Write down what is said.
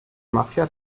mafia